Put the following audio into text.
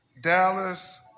Dallas